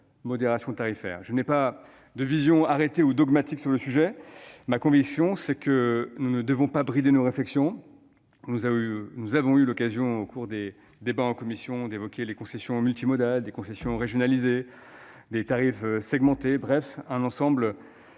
Je n'ai pas de vision arrêtée ou dogmatique sur le sujet. Ma conviction est que nous ne devons pas brider nos réflexions : nous avons eu l'occasion au cours des débats en commission d'évoquer les concessions multimodales, les concessions régionalisées, les tarifs segmentés. Bref, un nouveau